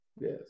yes